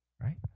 right